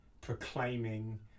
proclaiming